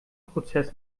prozess